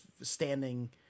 standing